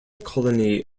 colony